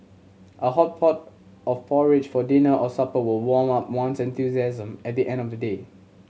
a hot pot of porridge for dinner or supper will warm up one's enthusiasm at the end of a day